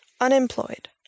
Unemployed